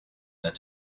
their